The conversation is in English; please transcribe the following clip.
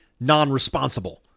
non-responsible